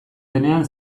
denean